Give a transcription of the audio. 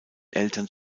eltern